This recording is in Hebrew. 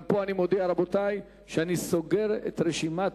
גם פה אני מודיע, רבותי, שאני סוגר את רשימת